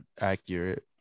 accurate